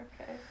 Okay